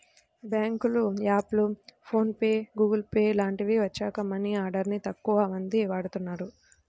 బ్యేంకుల యాప్లు, PhonePe, Google pay లాంటివి వచ్చాక మనీ ఆర్డర్ ని తక్కువమంది వాడుతున్నారు